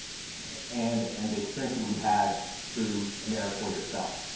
and and the experience that you had through americorps yourself.